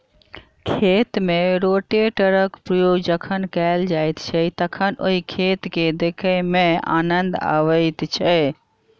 खेत मे रोटेटरक प्रयोग जखन कयल जाइत छै तखन ओहि खेत के देखय मे आनन्द अबैत छै